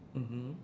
mmhmm